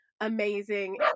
amazing